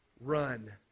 run